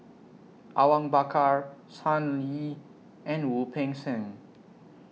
Awang Bakar Sun Yee and Wu Peng Seng